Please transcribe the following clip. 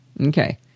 okay